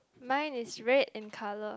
mine is red in color